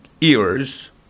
Ears